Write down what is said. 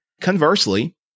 Conversely